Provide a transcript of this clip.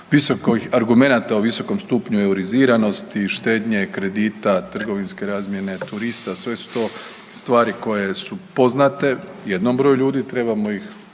visokih argumenata o visokom stupnju euriziranosti, štednje, kredita, trgovinske razmjene, turista, sve su to stvari koje su poznate jednom broju ljudi, trebamo ih